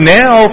now